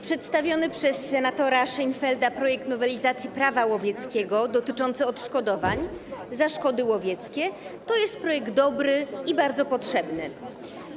Przedstawiony przez senatora Szejnfelda projekt nowelizacji Prawa łowieckiego dotyczący odszkodowań za szkody łowieckie to projekt dobry i bardzo potrzebny.